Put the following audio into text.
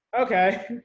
Okay